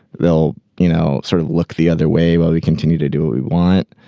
they'll you know sort of look the other way while we continue to do what we want.